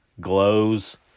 glows